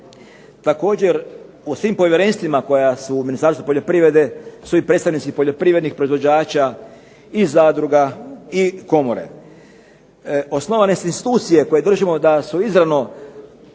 Također u svim povjerenstvima koja su u Ministarstvu poljoprivrede su predstavnici poljoprivrednih proizvođača, i zadruga, i komore. Osnovane su institucije koje držimo su izravno